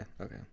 Okay